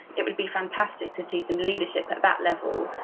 it would be fantastic to see some leadership at that level,